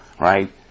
right